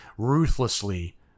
Ruthlessly